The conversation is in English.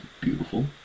Beautiful